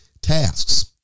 tasks